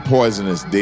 Poisonous